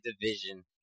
division